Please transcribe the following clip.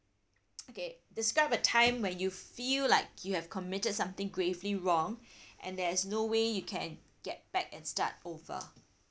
okay describe a time where you feel like you have committed something gravely wrong and there's no way you can get back and start over